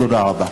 תודה רבה.